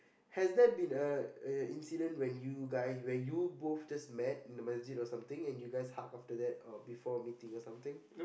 has there been a a incident where you guys where you both just met in a masjid or something and you guys hug after that or before meeting or something